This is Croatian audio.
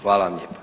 Hvala vam lijepo.